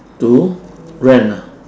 to rent ah